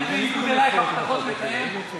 אני, בניגוד אלייך, הבטחות, מקיים.